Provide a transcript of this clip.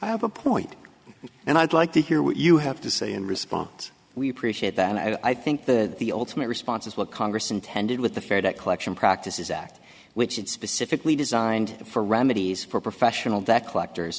i have a point and i'd like to hear what you have to say in response we appreciate that and i think that the ultimate response is what congress intended with the fair debt collection practices act which it specifically designed for remedies for professional that collector